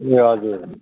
ए हजुर